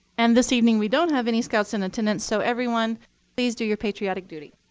and this evening, we don't have any scouts in attendance, so everyone please do your patriotic duty.